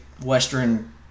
Western